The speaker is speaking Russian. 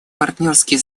партнерские